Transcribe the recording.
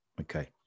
Okay